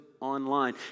Online